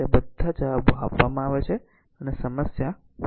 તેથી બધા જવાબો આપવામાં આવે છે અને સમસ્યા 4 છે